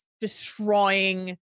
destroying